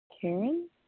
Karen